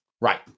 Right